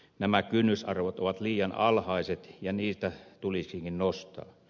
nämä kynnysarvot ovat liian alhaiset ja niitä tulisikin nostaa